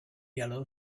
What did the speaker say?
yellow